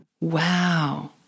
Wow